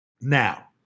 Now